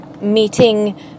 Meeting